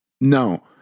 No